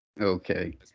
Okay